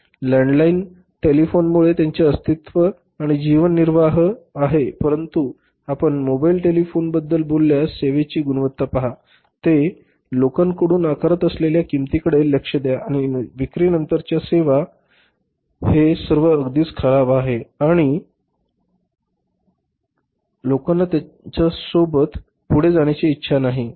landline टेलिफोनमुळेच त्यांचे अस्तित्व आणि जीवन निर्वाह आहे परंतु आपण मोबाईल टेलिफोनबद्दल बोलल्यास सेवेची गुणवत्ता पहा ते लोकांकडून आकारत असलेल्या किंमतीकडे लक्ष द्या आणि विक्री नंतरच्या सेवा हे सर्व अगदीच खराब आहे आणि लोकांना त्यांच्याबरोबर पुढे जाण्याची इच्छा नाही